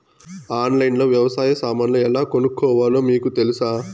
ఆన్లైన్లో లో వ్యవసాయ సామాన్లు ఎలా కొనుక్కోవాలో మీకు తెలుసా?